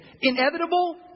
inevitable